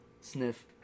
sniff